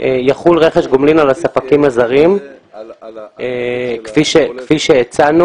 יחול רכש גומלין על הספקים הזרים כפי שהצענו